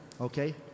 Okay